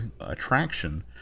attraction